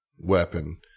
weapon